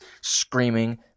screaming